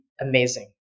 amazing